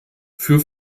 für